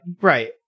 Right